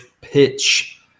pitch